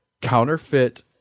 counterfeit